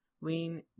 lean